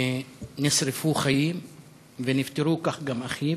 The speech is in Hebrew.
נשרפו חיים ונפטרו, כך גם אחיו.